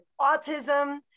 autism